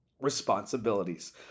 responsibilities